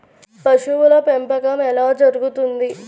పశువుల పెంపకం ఎలా జరుగుతుంది?